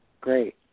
Great